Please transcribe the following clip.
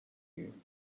you